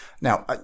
Now